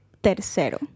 tercero